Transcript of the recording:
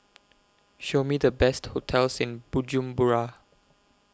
Show Me The Best hotels in Bujumbura